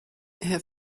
herr